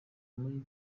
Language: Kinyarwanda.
muri